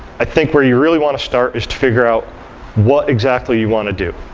i think where you really want to start is to figure out what exactly you want to do.